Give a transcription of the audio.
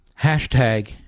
hashtag